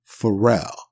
Pharrell